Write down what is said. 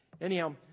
Anyhow